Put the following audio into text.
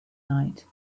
night